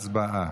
הצבעה.